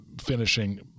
finishing